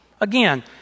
Again